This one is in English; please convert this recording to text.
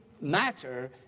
matter